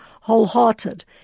wholehearted